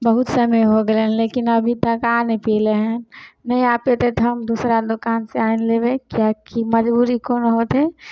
बहुत समय हो गेलनि लेकिन अभी तक आ नहि पएलै हँ नहि आ पएतै तऽ हम दोसरा दोकानसँ आनि लेबै किएकि मजबूरी कोनो होतै